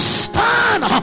stand